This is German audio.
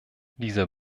dieser